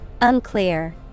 Unclear